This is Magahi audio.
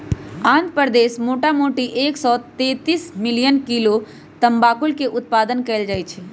आंध्र प्रदेश मोटामोटी एक सौ तेतीस मिलियन किलो तमाकुलके उत्पादन कएल जाइ छइ